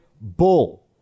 bull